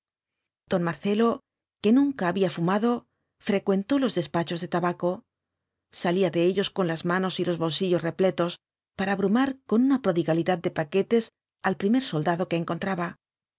don marcelo que nunca había fumado frecuentó los despachos de tabaco salía de ellos con las manos y los bolsillos repletos para abrumar con una prodigalidad de paquetes al primer soldado que encontraba